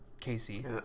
Casey